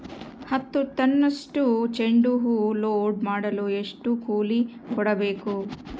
ಹತ್ತು ಟನ್ನಷ್ಟು ಚೆಂಡುಹೂ ಲೋಡ್ ಮಾಡಲು ಎಷ್ಟು ಕೂಲಿ ಕೊಡಬೇಕು?